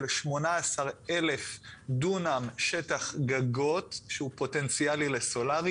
18,000 דונם שטח גגות שהוא פוטנציאלי לסולארי,